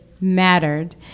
mattered